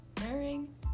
wearing